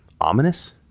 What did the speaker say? ominous